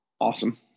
Awesome